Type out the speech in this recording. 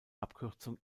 abkürzung